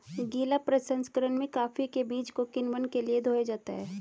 गीला प्रसंकरण में कॉफी के बीज को किण्वन के लिए धोया जाता है